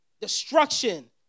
Destruction